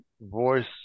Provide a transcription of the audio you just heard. voice